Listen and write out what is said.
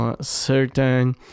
certain